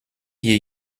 you